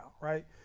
right